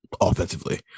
offensively